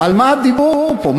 על מה הדיבור פה?